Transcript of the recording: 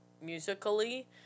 musically